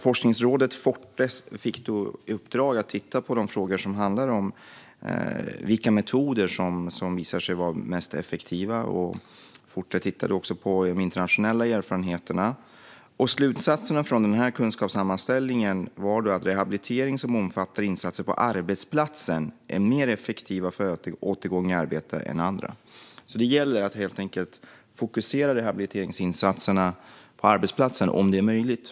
Forskningsrådet Forte fick i uppdrag att titta på de frågor som handlar om vilka metoder som visar sig vara effektivast. Forte tittade också på de internationella erfarenheterna. Slutsatsen från den här kunskapssammanställningen var att rehabilitering som omfattar insatser på arbetsplatsen är effektivare för återgång i arbete än annan rehabilitering. Det gäller helt enkelt att fokusera rehabiliteringsinsatserna på arbetsplatsen om det är möjligt.